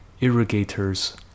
irrigators